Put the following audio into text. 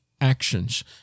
actions